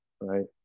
right